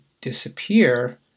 disappear